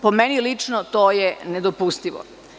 Po meni lično to je nedopustivo.